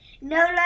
no